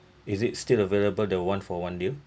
is it still available the one for one deal